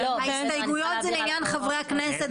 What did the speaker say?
הסתייגויות של חברי הכנסת